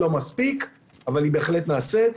לא מספיק, אבל היא בהחלט נעשית.